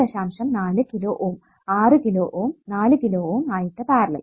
4 kilo Ω 6 kilo Ω 4 kilo Ω ആയിട്ട് parallel